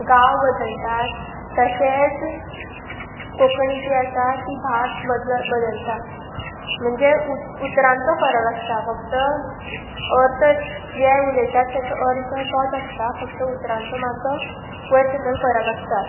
गांव बदलतात तशेंच कोंकणी जी आसा ती भास बदल बदलता म्हणजे उत उतरांचो फरक आसता फक्त अर्थ जे उलयतात तेचो अर्थ तोत आसता फक्त उतरांचो मातसो वयर सकयल फरक आसता